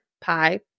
Pi